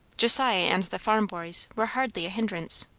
josiah and the farm boys were hardly a hindrance.